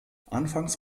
anfangs